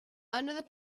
another